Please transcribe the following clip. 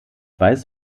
weiß